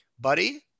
Buddy